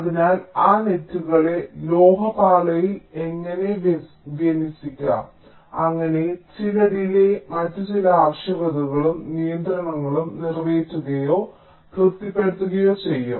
അതിനാൽ ആ നെറ്റുകളെ ലോഹ പാളിയിൽ എങ്ങനെ വിന്യസിക്കാം അങ്ങനെ ചില ഡിലൈയ് മറ്റ് ചില ആവശ്യകതകളും നിയന്ത്രണങ്ങളും നിറവേറ്റുകയോ തൃപ്തിപ്പെടുകയോ ചെയ്യും